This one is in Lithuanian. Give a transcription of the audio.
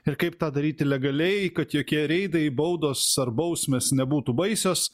ir kaip tą daryti legaliai kad jokie reidai baudos ar bausmės nebūtų baisios